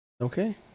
Okay